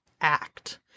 act